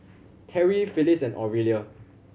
Terrie Phillis and Aurelia